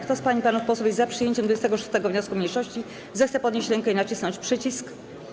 Kto z pań i panów posłów jest za przyjęciem 26. wniosku mniejszości, zechce podnieść rękę i nacisnąć przycisk.